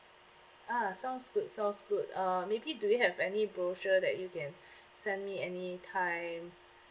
ah sounds good sounds good uh maybe do you have any brochure that you can send me any time